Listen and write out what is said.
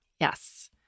Yes